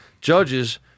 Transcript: judges